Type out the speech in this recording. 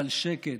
אבל, שקט,